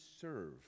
serve